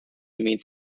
means